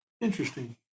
Interesting